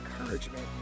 encouragement